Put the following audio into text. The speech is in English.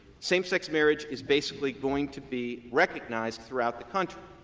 same-sex marriage is basically going to be recognized throughout the country.